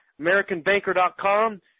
AmericanBanker.com